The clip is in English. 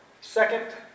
Second